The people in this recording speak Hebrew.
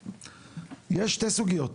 סוגיות,